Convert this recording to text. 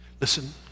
Listen